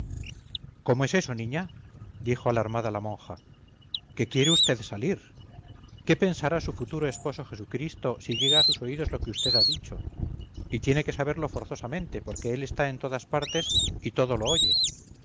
cómo es eso niña dijo alarmada la monja que quiere vd salir qué pensará su futuro esposo jesucristo si llega a sus oídos lo que vd ha dicho y tiene que saberlo forzosamente porque él está en todas partes y todo lo